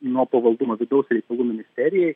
nuo pavaldumo vidaus reikalų ministerijai